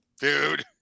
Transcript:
dude